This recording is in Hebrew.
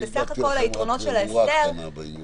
אבל בסך הכול היתרונות של ההסדר --- הדלקתי לכם רק נורה קטנה בעניין.